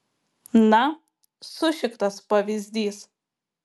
na sušiktas pavyzdys